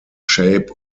shape